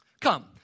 Come